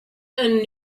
and